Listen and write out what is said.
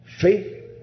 faith